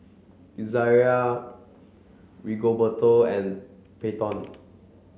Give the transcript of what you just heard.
Izayah Rigoberto and Peyton